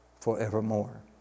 forevermore